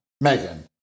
Megan